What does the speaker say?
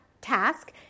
task